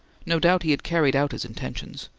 no doubt he had carried out his intentions.